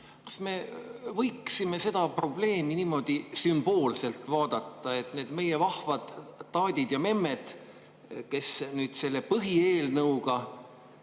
Kas me võiksime seda probleemi niimoodi sümboolselt vaadata, et need meie vahvad taadid ja memmed, kes nüüd selle põhieelnõuga